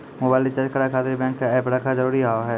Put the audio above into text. Mobile recharge करे खातिर bank के ऐप रखे जरूरी हाव है?